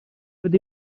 ydy